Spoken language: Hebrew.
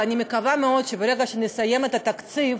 ואני מקווה מאוד שברגע שנסיים את התקציב